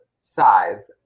size